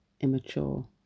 immature